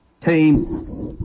teams